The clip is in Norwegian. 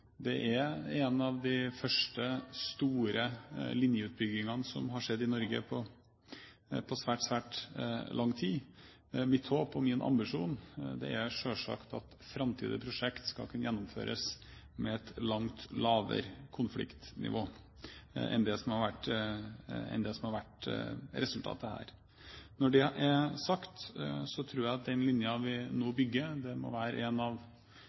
Det er en av de første store linjeutbyggingene som har skjedd i Norge på svært lang tid. Mitt håp og min ambisjon er selvsagt at framtidige prosjekter skal kunne gjennomføres med et langt lavere konfliktnivå enn det som har vært resultatet her. Når det er sagt, tror jeg at den linjen vi nå bygger, må være en av